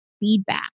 feedback